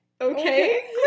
okay